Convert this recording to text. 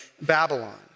Babylon